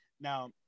Now